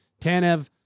Tanev